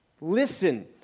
listen